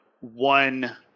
one